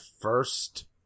first